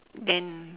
then